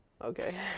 Okay